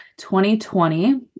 2020